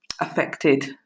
affected